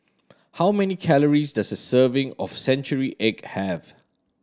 how many calories does a serving of century egg have